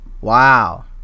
wow